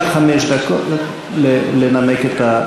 בבקשה, לאדוני יש עד חמש דקות לנמק את ההתנגדות.